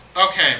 Okay